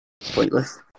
Pointless